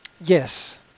Yes